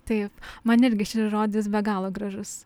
taip man irgi šis žodis be galo gražus